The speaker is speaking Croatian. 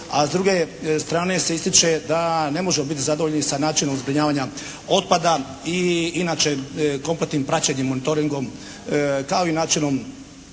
A s druge strane se ističe da ne možemo biti zadovoljni sa načinom zbrinjavanja otpada i inače kompletnim praćenjem, monitoringom kao i načinom